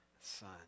son